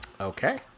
Okay